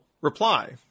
reply